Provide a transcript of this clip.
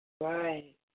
Right